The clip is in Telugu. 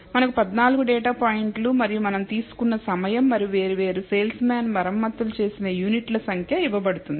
మనకు పద్నాలుగు డేటా పాయింట్లు మరియు తీసుకున్న సమయం మరియు వేర్వేరు సేల్స్ మాన్ మరమ్మతులు చేసిన యూనిట్ల సంఖ్య ఇవ్వబడుతుంది